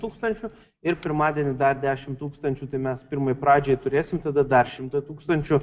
tūkstančių ir pirmadienį dar dešimt tūkstančių tai mes pirmai pradžiai turėsim tada dar šimtą tūkstančių